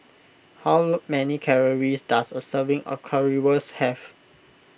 how many calories does a serving of Currywurst have